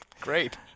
Great